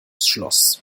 schloss